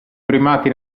primati